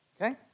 Okay